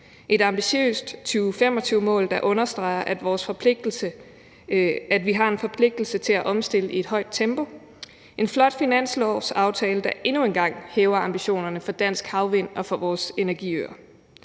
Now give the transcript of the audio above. et ambitiøst 2025-mål, der understreger, at vi har en forpligtelse til at omstille i et højt tempo, en flot finanslovsaftale, der endnu en gang hæver ambitionerne for dansk havvind og for vores energiøer.